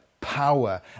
power